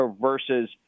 versus